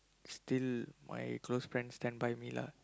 still my close friend stand by me lah